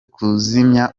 kuzimya